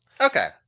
Okay